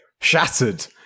Shattered